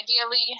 ideally